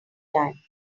time